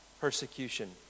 persecution